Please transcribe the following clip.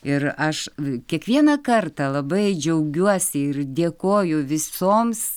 ir aš kiekvieną kartą labai džiaugiuosi ir dėkoju visoms